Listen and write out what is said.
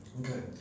Okay